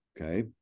okay